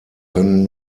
können